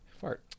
Fart